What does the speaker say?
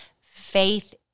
faith